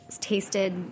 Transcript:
tasted